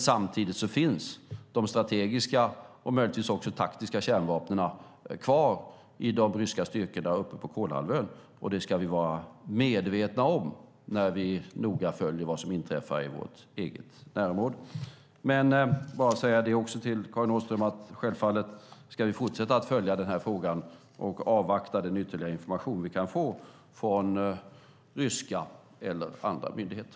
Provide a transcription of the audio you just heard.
Samtidigt finns de strategiska och möjligtvis också taktiska kärnvapnen kvar i de ryska styrkorna på Kolahalvön. Det ska vi vara medvetna om när vi noga följer vad som inträffar i vårt eget närområde. Jag vill bara säga det också till Karin Åström att självfallet ska vi fortsätta att följa den här frågan och avvakta den ytterligare information vi kan få från ryska eller andra myndigheter.